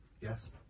yes